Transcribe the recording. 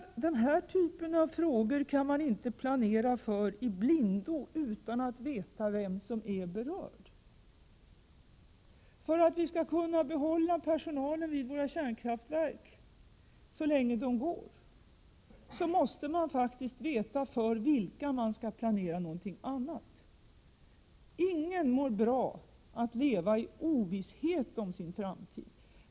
Den här typen av frågor kan man inte planera för i blindo utan att veta vem som är berörd. För att vi skall kunna behålla personalen vid våra kärnkraftverk så länge de går, måste man faktiskt veta för vilka man skall planera någonting annat. Ingen mår bra avattleva i ovisshet om sin framtid.